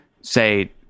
say